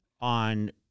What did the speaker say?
on